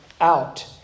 out